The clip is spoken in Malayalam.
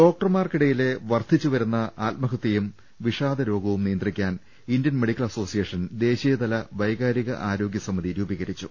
ഡോക്ടർമാർക്കിടയിലെ വർധിച്ചുവരുന്ന ആത്മഹ തൃയും വിഷാദരോഗവും നിയന്ത്രിക്കാൻ ഇന്തൃൻ മെഡി ക്കൽ അസോസിയേഷൻ ദേശീയതല വൈകാരിക ആരോഗ്യ സമിതി രൂപീകരിച്ചു